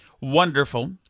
wonderful